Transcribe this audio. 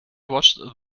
watched